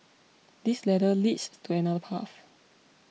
this ladder leads to another path